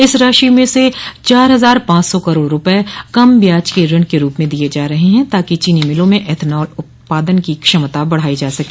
इस राशि में से चार हजार पांच सौ करोड़ रूपये कम ब्याज के ऋण के रूप में दिये जा रहे हैं ताकि चीनी मिलो में एथेनाल उत्पादन की क्षमता बढ़ाई जा सके